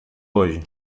hoje